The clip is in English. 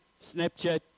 Snapchat